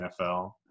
NFL